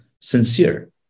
sincere